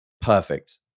perfect